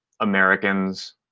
americans